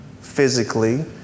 physically